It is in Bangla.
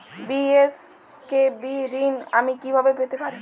বি.এস.কে.বি ঋণ আমি কিভাবে পেতে পারি?